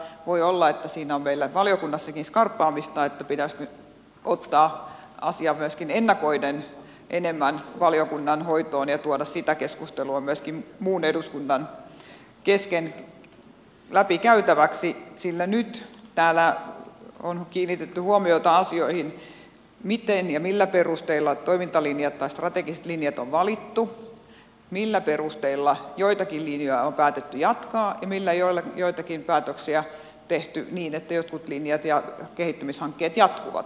voi olla että siinä on meillä valiokunnassakin skarppaamista että pitäisikö ottaa asia myöskin ennakoiden enemmän valiokunnan hoitoon ja tuoda sitä keskustelua myöskin muun eduskunnan kesken läpikäytäväksi sillä nyt täällä on kiinnitetty huomiota asioihin miten ja millä perusteilla toimintalinjat tai strategiset linjat on valittu millä perusteilla joitakin linjoja on päätetty jatkaa ja millä joitakin päätöksiä tehty niin että jotkut linjat ja kehittämishankkeet jatkuvat